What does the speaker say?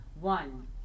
one